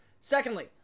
Secondly